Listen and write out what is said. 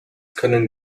können